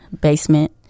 basement